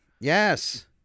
Yes